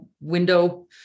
window